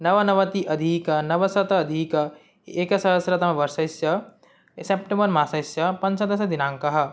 नवनवत्यधिक नवशत्यधिक एकसहस्रतमवर्षस्य सप्टवर् मासस्य पञ्चदशदिनाङ्कः